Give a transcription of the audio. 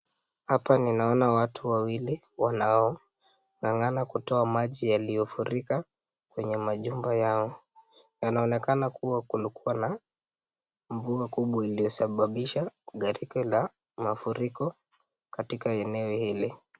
Hapa ninaona watu wawili wanaong'angana kutoa maji yaliyo furika kwenye majumba yao wanaonekana kuwa kulikuwa na mvua kubwa iliyosababisha gariko la mafuriko katika eneo hili.